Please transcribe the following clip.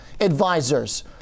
Advisors